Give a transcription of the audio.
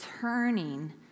turning